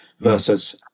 versus